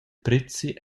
prezi